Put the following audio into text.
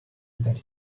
that